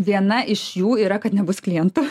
viena iš jų yra kad nebus klientų